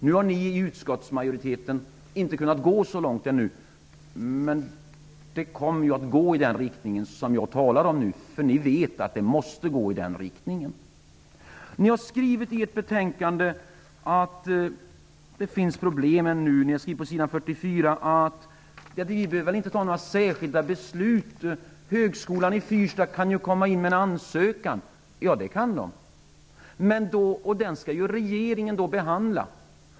Nu har ni i utskottsmajoriteten inte kunnat gå så långt ännu, men det kommer att gå i den riktning jag har talat om. Ni vet att det måste gå i den riktningen. Ni har skrivit i ert betänkande att det finns problem. Ni skriver på sid.44 att man inte behöver fatta några särskilda beslut. Högskolan i fyrstadsområdet kan ju komma in med en ansökan. Ja, det kan den. Denna ansökan skall då regeringen behandla.